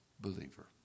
believer